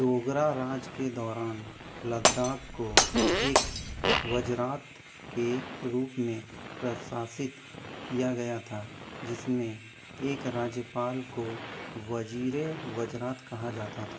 डोगरा राज के दौरान लद्दाख को एक वज़रात के रूप में प्रशासित किया गया था जिसमें एक राज्यपाल को वज़ीर ए वज़रात कहा जाता था